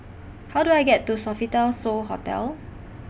How Do I get to Sofitel So Hotel